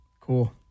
Cool